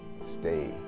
stay